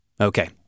Okay